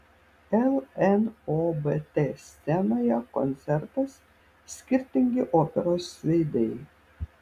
lnobt scenoje koncertas skirtingi operos veidai